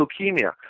leukemia